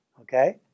okay